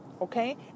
Okay